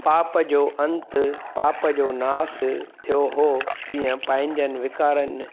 पाप जो अंतु पाप जो नासु थियो हो तीअं पंहिंजनि विकारनि